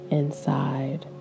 inside